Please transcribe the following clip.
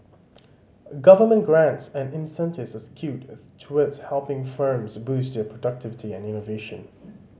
government grants and incentives are skewed towards helping firms boost their productivity and innovation